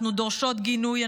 אנחנו דורשות גינוי,